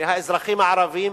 מהאזרחים הערבים.